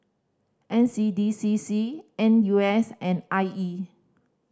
N C D C C N U S and I E